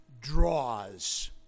draws